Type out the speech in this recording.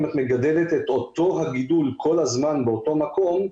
אם את מגדלת את אותו הגידול כל הזמן באותו מקום,